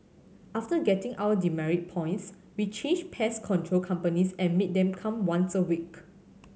after getting our demerit points we changed pest control companies and made them come once a week